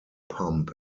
pump